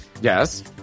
Yes